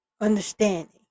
understanding